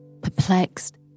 perplexed